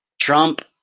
Trump